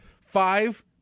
Five